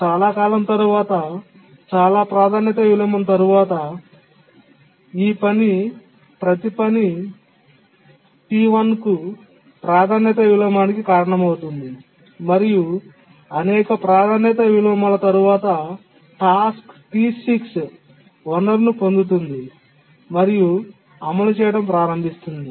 చాలా కాలం తరువాత చాలా ప్రాధాన్యత విలోమం తరువాత ఈ పని ప్రతి పని T1 కు ప్రాధాన్యత విలోమానికి కారణమవుతుంది మరియు అనేక ప్రాధాన్యత విలోమాల తరువాత టాస్క్ T6 వనరును పొందుతుంది మరియు అమలు చేయడం ప్రారంభిస్తుంది